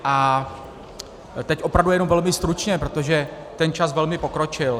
A teď opravdu jenom velmi stručně, protože čas velmi pokročil.